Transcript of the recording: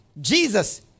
jesus